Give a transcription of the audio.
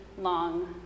long